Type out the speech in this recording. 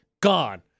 Gone